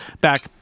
back